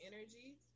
energy